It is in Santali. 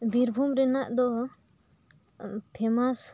ᱵᱤᱨᱵᱷᱩᱢ ᱨᱮᱱᱟᱜ ᱫᱚ ᱯᱷᱮᱢᱟᱥ